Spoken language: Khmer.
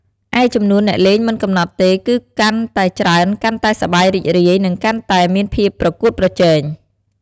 ឯចំនួនអ្នកលេងមិនកំណត់ទេ គឺកាន់តែច្រើនកាន់តែសប្បាយរីករាយ និងកាន់តែមានភាពប្រកួតប្រជែង។